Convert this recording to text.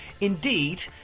Indeed